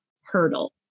hurdle